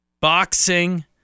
boxing